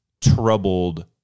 troubled